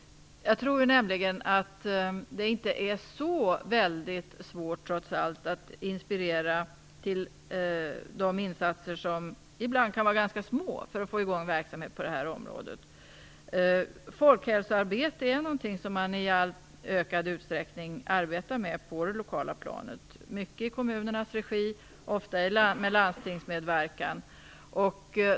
Jag tror nämligen att det trots allt inte är så svårt att inspirera till insatser, som ibland kan vara ganska små, för att få i gång verksamhet på det här området. Folkhälsoarbete bedrivs i ökad utsträckning på det lokala planet, mycket i kommunernas regi och ofta med landstingsmedverkan.